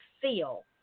feel